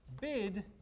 bid